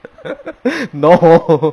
no